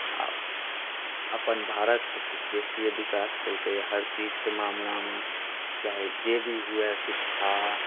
आ अपन भारत तऽ कुछ बेसीए विकास केलकैए हर चीजके मामलामे चाहे जे भी हुए शिक्षा